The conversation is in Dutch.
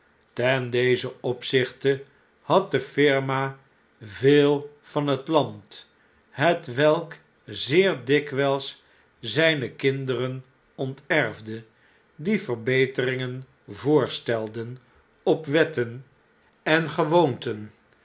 ten dezen opzichte had de firma veel van het land hetwelk zeer dikwjjis znne kinderen onterfde die verbeteringen voorstelden op wetten en gewoonten